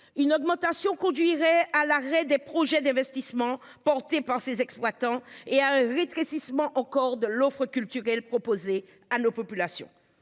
in augmentation conduirait à l'arrêt des projets d'investissement porté par ses exploitants et à un rétrécissement encore de l'offre culturelle proposer à nos populations